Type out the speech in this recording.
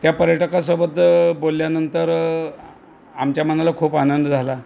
त्या पर्यटकासोबत बोलल्यानंतर आमच्या मनाला खूप आनंद झाला